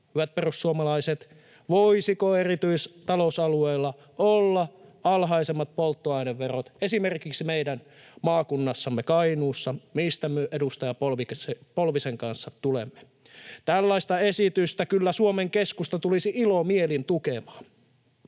hyvät perussuomalaiset? Voisiko erityistalousalueella olla alhaisemmat polttoaineverot? Esimerkiksi meidän maakunnassamme Kainuussa, mistä edustaja Polvisen kanssa tulemme. Tällaista esitystä kyllä Suomen Keskusta tulisi ilomielin tukemaan.